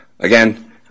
Again